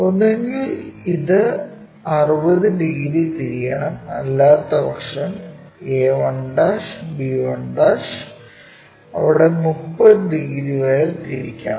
ഒന്നുകിൽ ഇത് 60 ഡിഗ്രി തിരിയണം അല്ലാത്തപക്ഷം a1 b1 അവിടെ 30 ഡിഗ്രി വരെ തിരിക്കണം